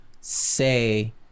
say